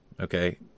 Okay